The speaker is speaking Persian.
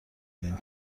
دادین